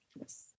Yes